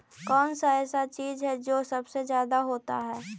कौन सा ऐसा चीज है जो सबसे ज्यादा होता है?